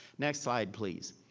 next slide please.